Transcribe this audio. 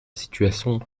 situation